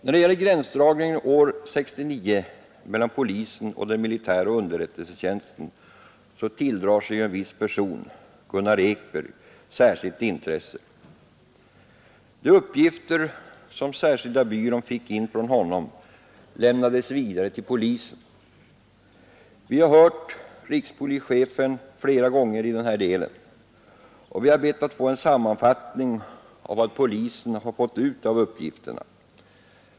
När det gäller gränsdragningen år 1969 mellan polisen och den militära underrättelsetjänsten så tilldrar sig ju en viss person, Gunnar Ekberg, särskilt intresse. De uppgifter som särskilda byrån fick in från honom lämnades vidare till polisen. Vi har hört rikspolischefen flera gånger i den här delen och vi har bett om en sammanfattning av vad polisen har fått ut av uppgifterna.